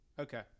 okay